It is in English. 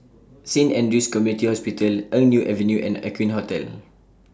Saint Andrew's Community Hospital Eng Neo Avenue and Aqueen Hotel